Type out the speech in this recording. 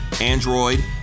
android